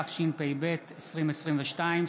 התשפ"ב 2022,